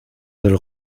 del